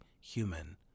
human